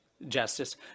justice